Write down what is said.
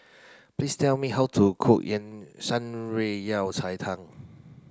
please tell me how to cook Shan Rui Yao Cai Tang